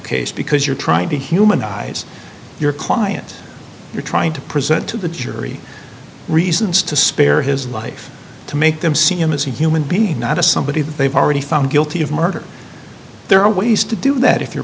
case because you're trying to humanize your client you're trying to present to the jury reasons to spare his life to make them see him as human being not a somebody that they've already found guilty of murder there are ways to do that if you're